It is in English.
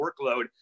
workload